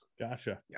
Gotcha